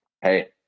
Hey